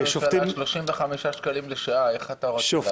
--- ראש הממשלה 35 שקלים לשעה איך אתה רוצה להקפיא?